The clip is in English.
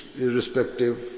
irrespective